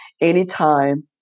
anytime